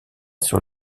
sur